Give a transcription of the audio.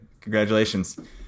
Congratulations